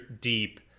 deep